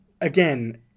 again